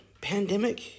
pandemic